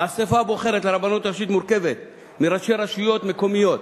האספה הבוחרת לרבנות הראשית מורכבת מראשי רשויות מקומיות,